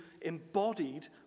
embodied